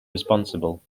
responsible